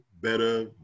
Better